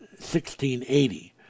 1680